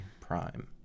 prime